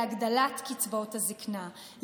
להגדלת קצבאות הזקנה,